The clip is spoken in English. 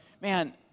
man